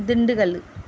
Dindigul